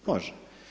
Može.